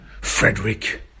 Frederick